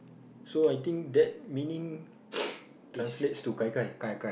so I think that meaning translates to Gai-Gai